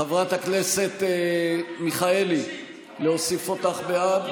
חברת הכנסת מיכאלי, להוסיף אותך בעד?